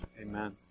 Amen